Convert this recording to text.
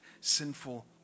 sinful